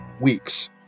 weeks